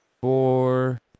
four